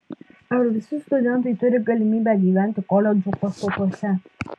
ar visi studentai turi galimybę gyventi koledžų pastatuose